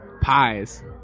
pies